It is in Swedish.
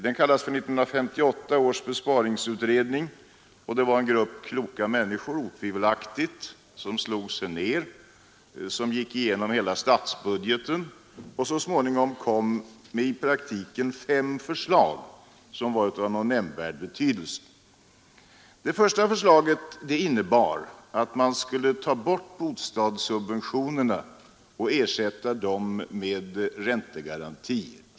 Den kallas för 1958 års besparingsutredning, och det var en grupp otvivelaktigt kloka människor som slog sig ned, gick igenom hela statsbudgeten och så småningom kom med i praktiken fem förslag av någon nämnvärd betydelse. Det första förslaget innebar att man skulle ta bort bostadssubventionerna och ersätta dem med räntegaranti.